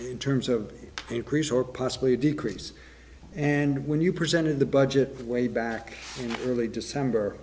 in terms of increase or possibly decrease and when you presented the budget way back in early december